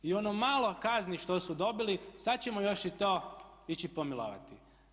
I ono malo kazni što su dobili sad ćemo još i to ići pomilovati.